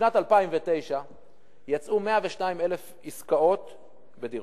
בשנת 2009 יצאו 102,000 עסקאות בדירות.